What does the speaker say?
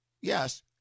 yes